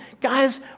Guys